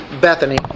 Bethany